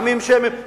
עמים שמיים,